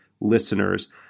Listeners